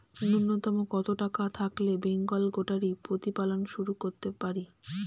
নূন্যতম কত টাকা থাকলে বেঙ্গল গোটারি প্রতিপালন শুরু করতে পারি?